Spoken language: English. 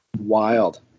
Wild